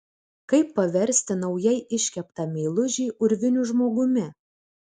kaip paversti naujai iškeptą meilužį urviniu žmogumi